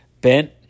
bent